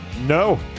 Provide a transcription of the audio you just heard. No